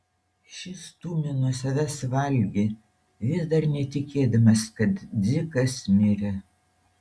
šis stūmė nuo savęs valgį vis dar netikėdamas kad dzikas mirė